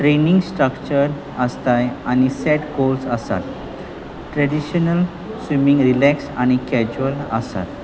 training structure आसताय आनी set course आसात ट्रेडिशनल स्विमींग रिलेक्स आनी कॅज्युअल आसात